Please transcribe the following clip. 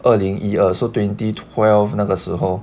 二零一二 so twenty twelve 那个时候